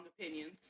opinions